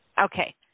Okay